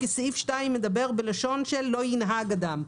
כי סעיף 2 מדבר בלשון של, לא ינהג אדם.